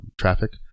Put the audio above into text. traffic